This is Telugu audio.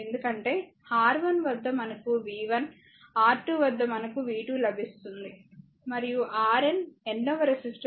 ఎందుకంటే R1 వద్ద మనకు v1 R2 వద్ద మనకు v2 లభిస్తుంది మరియు Rn n వ రెసిస్టర్ వద్ద vn లభిస్తుంది